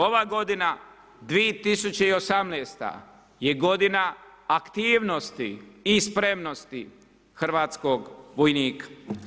Ova godina 2018. je godina aktivnosti i spremnosti hrvatskog vojnika.